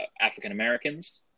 african-americans